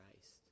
Christ